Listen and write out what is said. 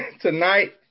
tonight